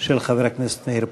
של חבר הכנסת מאיר פרוש.